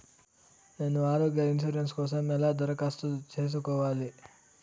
నేను ఆరోగ్య ఇన్సూరెన్సు కోసం ఎలా దరఖాస్తు సేసుకోవాలి